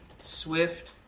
swift